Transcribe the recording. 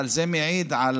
אבל זה מעיד על